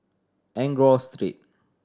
Enggor Street